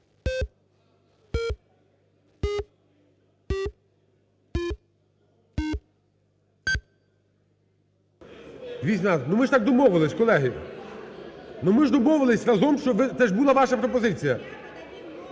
За-218 Ну ми ж так домовились, колеги! Ну ми ж домовились разом, щоб… Це ж була ваша пропозиція.